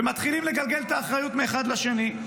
ומתחילים לגלגל את האחריות מאחד לשני.